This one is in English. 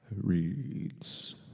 reads